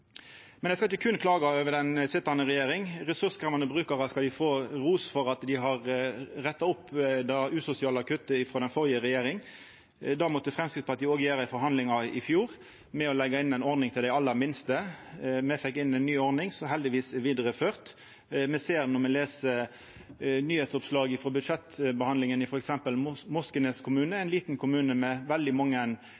Men eg skal ikkje berre klaga over den sitjande regjeringa. Når det gjeld ressurskrevjande brukarar, skal dei få ros for at dei har retta opp det usosiale kuttet frå den førre regjeringa. Det måtte Framstegspartiet òg gjera i forhandlingar i fjor med å leggja inn ei ordning til dei aller minste. Me fekk inn ei ny ordning, som heldigvis er vidareført. Me ser når me les nyheitsoppslag frå budsjettbehandlinga i f.eks. Moskenes kommune,